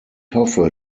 hoffe